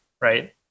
right